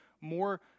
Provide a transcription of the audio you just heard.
more